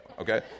okay